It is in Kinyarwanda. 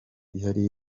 yari